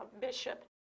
bishop